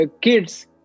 kids